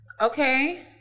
Okay